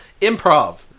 Improv